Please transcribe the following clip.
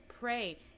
pray